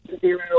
zero